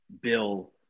Bill